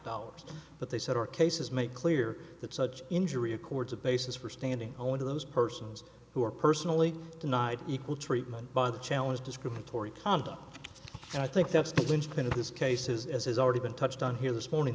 dollars but they said our cases make clear that such injury accords a basis for standing only to those persons who are personally denied equal treatment by the challenge discriminatory conduct and i think that's the linchpin of this case is as has already been touched on here this morning